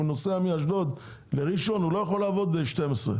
אבל כשהוא נוסע מאשדוד לראשון הוא לא יכול לעבוד 12 שעות.